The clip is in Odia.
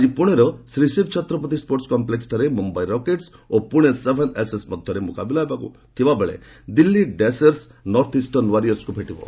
ଆଜି ପୁଣେର ଶ୍ରୀ ଶିବ ଛତ୍ରପତି ସ୍କୋର୍ଟସ କଂପ୍ଲେକ୍ସଠାରେ ମୁମ୍ୟାଇ ରକେଟ୍ସ ଓ ପୁଣେ ସେଭେନ୍ ଏସେସ୍ ମଧ୍ୟରେ ମୁକାବିଲା ହେବାକୁ ଥିବାବେଳେ ଦିଲ୍ଲୀ ଡ୍ୟାସର୍ସ ନର୍ଥ ଇଷ୍ଟର୍ଣ୍ଣ ୱାରିୟର୍ସକୁ ଭେଟିବ